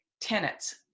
tenets